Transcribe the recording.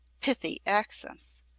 pithy accents!